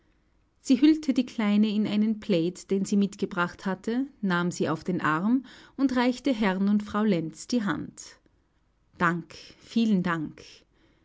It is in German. sie hüllte die kleine in einen plaid den sie mitgebracht hatte nahm sie auf den arm und reichte herrn und frau lenz die hand dank vielen dank